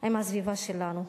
עם הסביבה שלנו.